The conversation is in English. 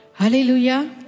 Hallelujah